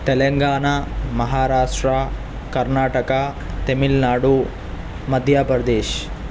Telangana Maharashtra Karnataka Tamil Nadu Madhya Pradesh